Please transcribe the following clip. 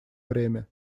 время